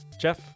Jeff